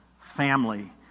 family